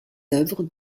œuvres